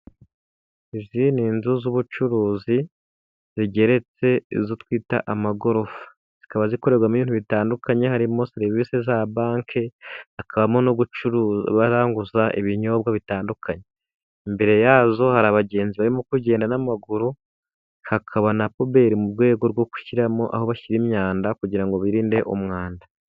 Izi ni inzu z'ubucuruzi zigeretse izo twita amagorofa, zikaba zikorerwamo ibintu bitandukanye, harimo serivisi za banki, hakabamo no gucuruza baranguza ibinyobwa bitandukanye, imbere yazo hari abagenzi barimo kugenda n'amaguru, hakaba na puberi mu rwego rwo gushyiramo aho bashyira imyanda, kugira ngo birinde umwanda.